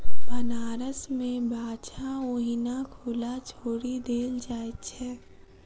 बनारस मे बाछा ओहिना खुला छोड़ि देल जाइत छै